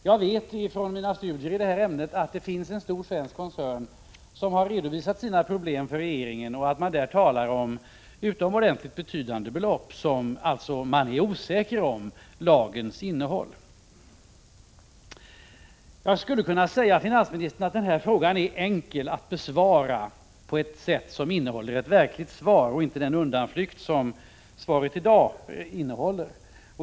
Jag vet från mina studier i ämnet att det finns en stor svensk koncern som har redovisat sina problem för regeringen. Man talar där om att man när det gäller betydande belopp är osäker om lagens innehåll. Jag skulle kunna säga, finansministern, att denna fråga är enkel att besvara på ett sätt som ger ett verkligt besked och inte utgör en sådan undanflykt som dagens svar.